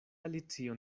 alicio